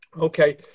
Okay